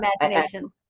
imagination